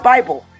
Bible